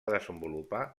desenvolupar